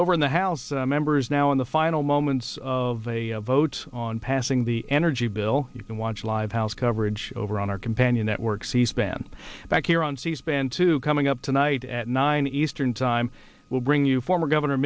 over in the house members now in the final moments of a vote on passing the energy bill you can watch live house coverage over on our companion network c span back here on c span two coming up tonight at nine eastern time we'll bring you former governor